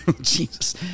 Jesus